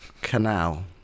canal